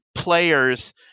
players